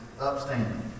upstanding